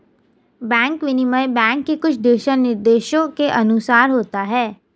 bank विनिमय bank के कुछ दिशानिर्देशों के अनुसार होता है